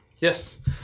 Yes